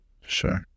Sure